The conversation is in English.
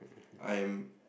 I am